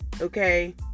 Okay